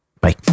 Bye